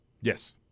Yes